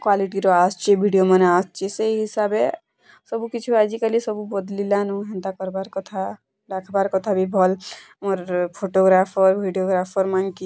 କ୍ୱାଲିଟିର ଆସୁଛି ଭିଡ଼ିଓମାନେ ଆସୁଛି ସେଇ ହିସାବେ ସବୁକିଛୁ ଆଜିକାଲି ସବୁ ବଦଲିଲା ନ ହେନ୍ତା କରବାର୍ କଥା ଡ଼ାକବାର୍ କଥା ବି ଭଲ୍ ମୋର୍ ଫୋଟଗ୍ରାଫର୍ ଭିଡ଼ିଓଗ୍ରାଫର୍ମାନ୍କି